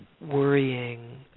worrying